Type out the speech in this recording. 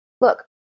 Look